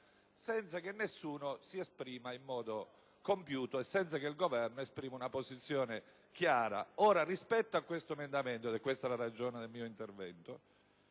senza che nessuno si esprima in modo compiuto e senza che il Governo esprima una posizione chiara. Rispetto all'emendamento 15.504 (ed è questa la ragione del mio intervento),